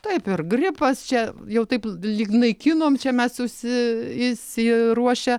taip ir gripas čia jau taip lyg naikinom čia mes susi išsiruošę